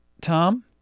Tom